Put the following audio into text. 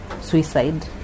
suicide